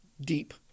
deep